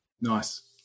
Nice